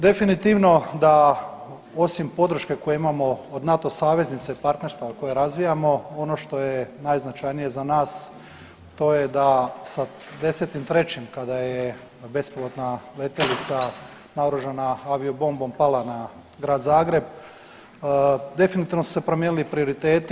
Definitivno da osim podrške koju imamo od NATO saveznica i partnerstva koje razvijamo ono što je najznačajnije za nas to je da se 10.3. kada je bespilotna letjelica naoružana avio bombom pala na grad Zagreb, definitivno su se promijenili prioriteti.